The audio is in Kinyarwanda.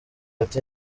ati